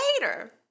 later